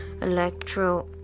electro